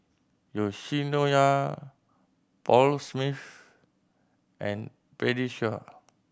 Yoshinoya Paul Smith and Pediasure